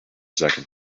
second